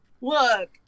Look